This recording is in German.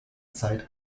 zeit